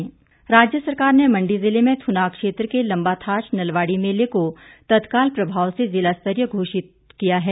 नलवाडु मेला राज्य सरकार ने मंडी जिले में थ्रनाग क्षेत्र के लम्बाथाच नलवाड़ी मेले को तत्काल प्रभाव से ज़िलास्तरीय घोषित किया है